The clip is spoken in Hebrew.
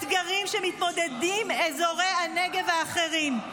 אתגרים שמתמודדים אזורי הנגב האחרים.